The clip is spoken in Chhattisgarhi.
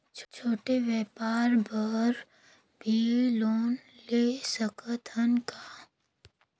छोटे व्यापार बर भी लोन ले सकत हन का?